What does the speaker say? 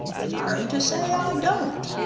sorry to say i don't,